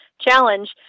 challenge